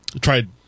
tried